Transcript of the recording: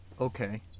Okay